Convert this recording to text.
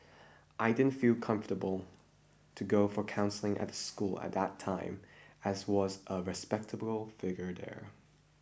I didn't feel comfortable to go for counselling at the school at that time as was a respectable figure there